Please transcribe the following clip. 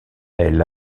elle